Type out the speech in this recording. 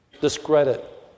discredit